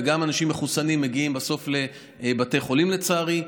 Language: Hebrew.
גם אנשים מחוסנים מגיעים בסוף לבתי חולים, לצערי.